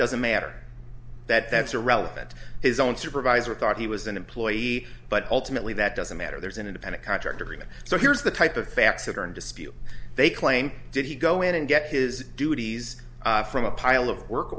doesn't matter that that's irrelevant his own supervisor thought he was an employee but ultimately that doesn't matter there's an independent contractor even so here's the type of facts that are in dispute they claim did he go in and get his duties from a pile of work